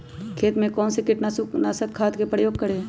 खेत में कौन से कीटाणु नाशक खाद का प्रयोग करें?